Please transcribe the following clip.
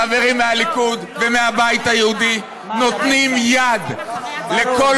החברים מהליכוד ומהבית היהודי נותנים יד לכל